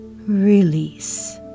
Release